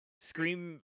Scream